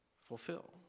fulfill